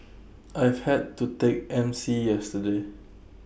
I've had to take M C yesterday